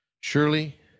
Surely